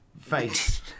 face